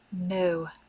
no